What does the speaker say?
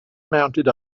mounted